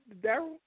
Daryl